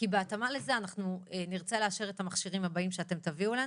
בהתאמה לזה אנחנו נרצה לאשר את המכשירים הבאים שאתם תביאו אלינו.